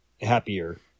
happier